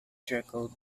circle